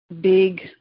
big